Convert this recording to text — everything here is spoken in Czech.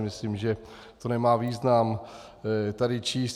Myslím, že to nemá význam tady číst.